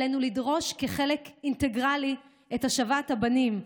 עלינו לדרוש כחלק אינטגרלי את השבת הבנים,